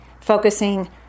focusing